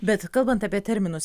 bet kalbant apie terminus